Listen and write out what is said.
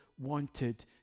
wanted